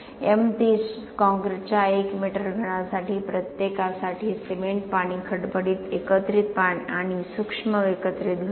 M30 कॉंक्रिटच्या 1 metre घनासाठी प्रत्येकासाठी सिमेंट पाणी खडबडीत एकत्रित आणि सूक्ष्म एकत्रित घटक